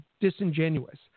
disingenuous